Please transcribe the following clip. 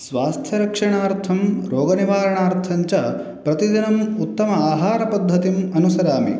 स्वास्थ्यरक्षणार्थं रोगनिवारणार्थञ्च प्रतिदिनम् उत्तम आहारपद्धतिम् अनुसरामि